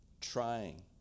trying